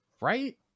right